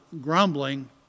grumbling